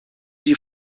die